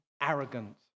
arrogant